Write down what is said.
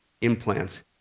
implants